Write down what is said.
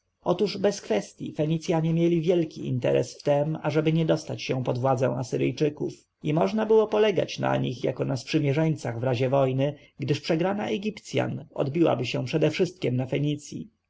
otóż bez kwestji fenicjanie mieli wielki interes w tem ażeby nie dostać się pod władzę asyryjczyków i można było polegać na nich jako na sprzymierzeńcach w razie wojny gdyż przegrana egipcjan odbiłaby się przedewszystkiem na fenicji